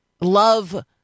Love